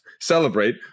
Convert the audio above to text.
celebrate